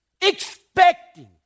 expecting